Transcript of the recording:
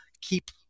keep